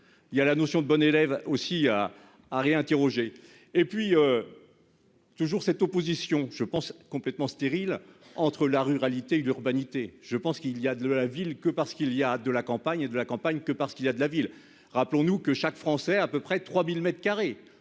Il y a la notion de bonne élève aussi à à réinterroger et puis. Toujours cette opposition je pense complètement stérile entre la ruralité d'urbanité. Je pense qu'il y a de la ville que par qu'il y a de la campagne de la campagne que parce qu'il y a de la ville. Rappelons-nous que chaque Français à peu près 3000 m2, 3000